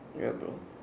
ya bro